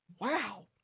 Wow